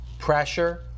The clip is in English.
Pressure